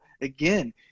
again